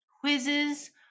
quizzes